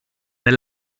per